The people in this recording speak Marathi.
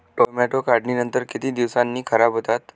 टोमॅटो काढणीनंतर किती दिवसांनी खराब होतात?